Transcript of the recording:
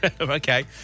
Okay